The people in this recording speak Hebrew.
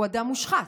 הוא אדם מושחת,